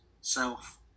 self